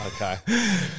Okay